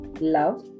love